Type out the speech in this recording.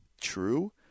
true